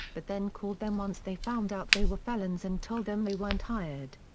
but then called them once they found out they were felons and told them they weren't hired.